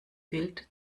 wild